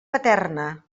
paterna